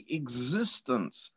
existence